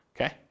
okay